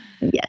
Yes